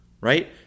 Right